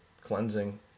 cleansing